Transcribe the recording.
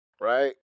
Right